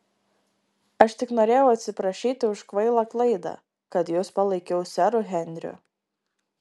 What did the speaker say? aš tik norėjau atsiprašyti už kvailą klaidą kad jus palaikiau seru henriu